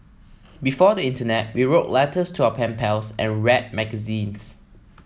before the internet we wrote letters to our pen pals and read magazines